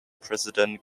president